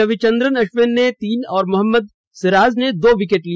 रविचन्द्रनन अश्विन ने तीन और मोहम्मएद सिराज ने दो विकेट लिए